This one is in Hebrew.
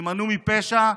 שיימנעו מפשע,